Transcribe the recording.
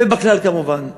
ובַּכלל, כמובן.